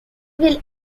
will